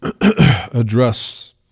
address